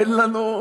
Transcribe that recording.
אין לנו,